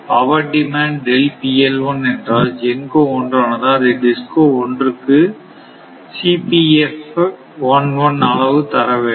power demand என்றால் GENCO 1 ஆனது அதை DISCO 1 இக்கு அளவு தர வேண்டும்